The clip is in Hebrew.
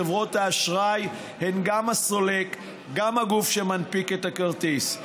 חברות האשראי הן גם הסולק וגם הגוף שמנפיק את הכרטיס.